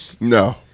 No